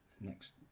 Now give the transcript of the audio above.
next